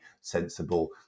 sensible